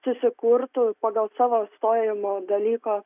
susikurtų pagal savo stojamo dalyko